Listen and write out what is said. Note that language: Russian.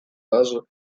база